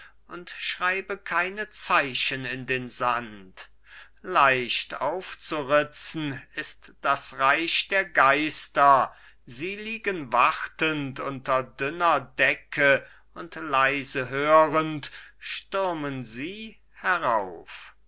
und schreibe keine zeichen in den sand leicht aufzuritzen ist das reich der geister sie liegen wartend unter dünner decke und leise hörend stürmen sie herauf